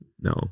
No